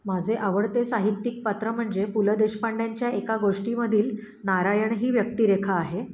माझे आवडते साहित्यिक पात्र म्हणजे पु ल देशपांड्यांच्या एका गोष्टीमधील नारायण ही व्यक्तिरेखा आहे